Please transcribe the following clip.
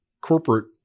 corporate